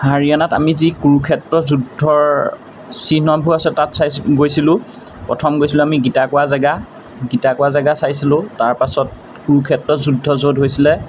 হাৰিয়ানাত আমি যি কুৰুক্ষেত্ৰ যুদ্ধৰ আছে তাত চাই গৈছিলোঁ প্ৰথম গৈছিলোঁ আমি গীতাকুৱা জেগা গীতাকুৱা জেগা চাইছিলোঁ তাৰপাছত কুৰুক্ষেত্ৰ যুদ্ধ য'ত হৈছিলে